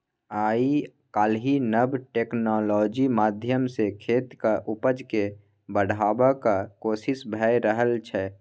आइ काल्हि नब टेक्नोलॉजी माध्यमसँ खेतीक उपजा केँ बढ़ेबाक कोशिश भए रहल छै